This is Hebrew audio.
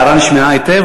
ההערה נשמעה היטב,